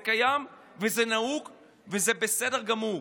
זה קיים, זה נהוג וזה בסדר גמור.